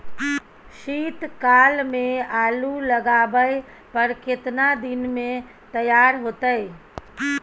शीत काल में आलू लगाबय पर केतना दीन में तैयार होतै?